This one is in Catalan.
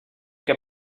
que